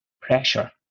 pressure